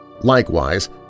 Likewise